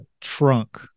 trunk